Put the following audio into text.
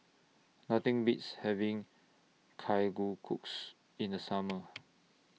Nothing Beats having Kalguksu in The Summer